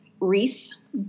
Reese